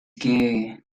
que